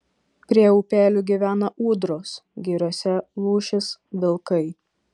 prie upelių gyvena ūdros giriose lūšys vilkai